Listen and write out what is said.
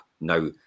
now